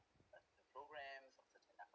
a a programmes or certain